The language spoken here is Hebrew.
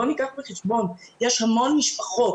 בואו ניקח בחשבון שיש המון משפחות,